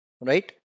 Right